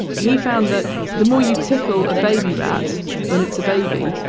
he found that the more you tickle a baby rat when it's a baby,